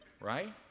right